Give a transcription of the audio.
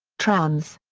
trans.